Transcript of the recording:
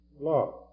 love